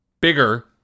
bigger